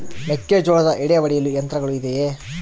ಮೆಕ್ಕೆಜೋಳದ ಎಡೆ ಒಡೆಯಲು ಯಂತ್ರಗಳು ಇದೆಯೆ?